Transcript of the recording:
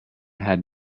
had